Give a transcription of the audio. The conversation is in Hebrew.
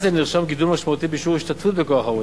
זאת נרשם גידול משמעותי בשיעור ההשתתפות בכוח העבודה.